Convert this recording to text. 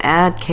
add